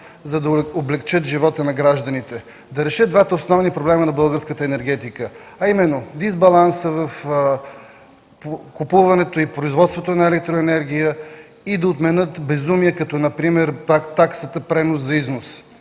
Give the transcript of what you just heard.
за да облекчат живота на гражданите, да решат двата основни проблема на българската енергетика, а именно: дисбаланса в купуването и производството на електроенергия и да отменят безумия като например таксата „пренос” за износ.